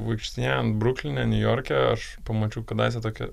vaikštinėjant brukline niujorke aš pamačiau kadaise tokią